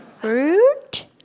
Fruit